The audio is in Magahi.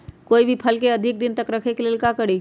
कोई भी फल के अधिक दिन तक रखे के ले ल का करी?